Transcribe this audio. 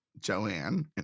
joanne